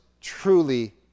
truly